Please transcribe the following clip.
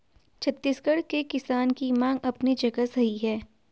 छत्तीसगढ़ के किसान की मांग अपनी जगह सही है